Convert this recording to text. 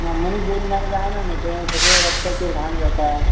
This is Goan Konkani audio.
ना मनीस दवरिना जायना न्हू तें सगळें रस्त्याचेर घाण जाता